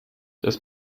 das